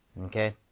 Okay